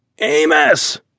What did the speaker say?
Amos